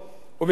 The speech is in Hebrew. ובמקום